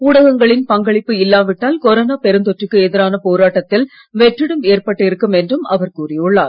ஊடகங்களின் பங்களிப்பு இல்லாவிட்டால் கொரோனா பெருந்தொற்றுக்கு எதிரான போராட்டத்தில் வெற்றிடம் ஏற்பட்டு இருக்கும் என்றும் அவர் கூறியுள்ளார்